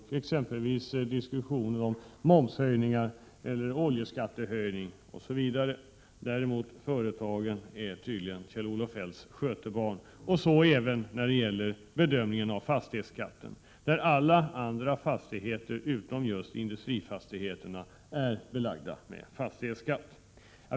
Jag tänker exempelvis på diskussionen om momshöjning, oljeskattehöjning osv. Men företagen är tydligen Kjell-Olof Feldts skötebarn, även när det gäller bedömningen av fastighetsskatten. Alla fastigheter utom just industrifastigheterna beläggs ju med fastighetsskatt.